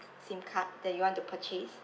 SIM card that you want to purchase